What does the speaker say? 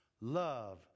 love